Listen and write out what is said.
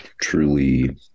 truly